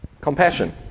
compassion